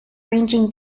ranging